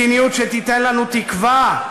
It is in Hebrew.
מדיניות שתיתן לנו תקווה,